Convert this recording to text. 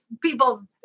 people